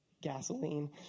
gasoline